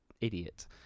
idiot